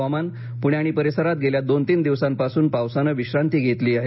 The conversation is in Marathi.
हवामान पुणे आणि परिसरात गेल्या दोन तीन दिवसांपासून पावसानं विश्रांती घेतली आहे